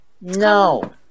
No